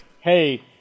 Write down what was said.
hey